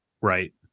Right